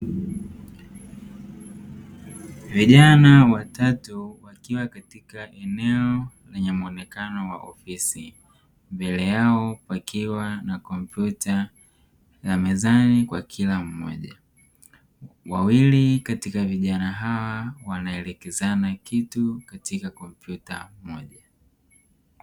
Vijana watu wakiwa katika eneo lenye mwonekano wa ofisi. Mbele yako wakiwa na kompyuta na mezani kwa kila mmoja. Wawili katika vijana hawa wanaelekezana kitu katika kompyuta moja.